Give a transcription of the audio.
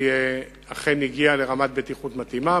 אכן הגיעה לרמת בטיחות מתאימה.